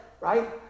Right